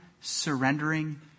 surrendering